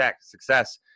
success